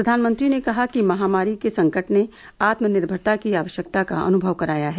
प्रधानमंत्री ने कहा कि महामारी के संकट ने आत्मनिर्भरता की आवश्यकता का अनुभव कराया है